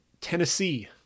Tennessee